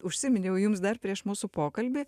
užsiminiau jums dar prieš mūsų pokalbį